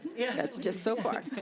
yeah that's just so far.